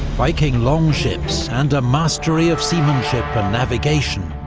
viking longships, and a mastery of seamanship and navigation,